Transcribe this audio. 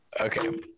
Okay